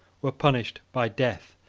were punished by death,